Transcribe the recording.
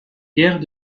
guerres